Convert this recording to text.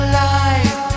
life